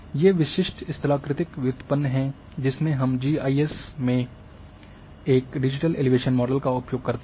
ये विशिष्ट स्थलाकृतिक व्युत्पन्न हैं जिसमें हम जी आई एस में एक डिजिटल एलिवेशन मॉडल का उपयोग करते हैं